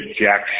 jack